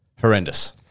Horrendous